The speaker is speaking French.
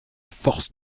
force